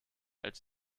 als